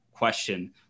question